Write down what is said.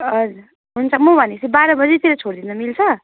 हजुर हुन्छ म भनेपछि बाह्र बजेतिर छोडिदिँदा मिल्छ